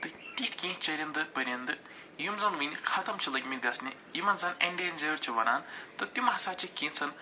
تہٕ تِتھۍ کیٚنٛہہ چٔرِنٛدٕ پٔرِنٛدٕ یِم زن وٕنہِ ختم چھِ لٔگۍمٕتۍ گژھنہِ یِمن زن اٮ۪نڈینٛجٲڈ چھِ وَنان تہٕ تِم ہَسا چھِ کینٛژَن